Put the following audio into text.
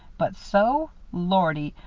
but sew lordy,